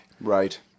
Right